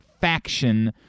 faction